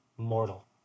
Mortal